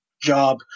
Job